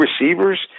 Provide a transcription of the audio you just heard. receivers